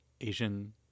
Asian